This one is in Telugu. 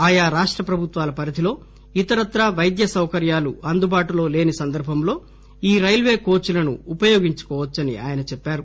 ఆయా రాష్టప్రభుత్వాల పరిధిలో ఇతరత్రా వైద్యసౌకర్యాలు అందుబాటులో లేని సందర్బంలో ఈ రైల్వే కోచ్ లను ఉపయోగించుకోవచ్చని ఆయన చెప్పారు